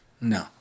No